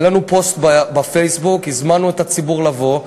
העלינו פוסט בפייסבוק, הזמנו את הציבור לבוא.